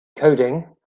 coding